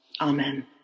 Amen